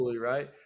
right